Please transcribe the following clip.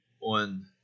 on